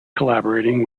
collaborating